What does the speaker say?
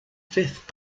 fifth